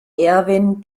erwin